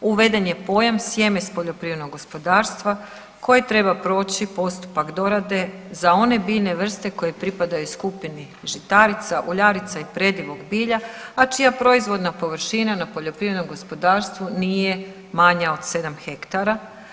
Uveden je pojam sjeme s poljoprivrednog gospodarstva koji treba proći postupak dorade za one biljne vrste koje pripadaju skupini žitarica, uljarica i predivog bilja, a čija proizvodna površina na poljoprivrednom gospodarstvu nije manja od 7 hektara.